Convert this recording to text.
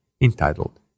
entitled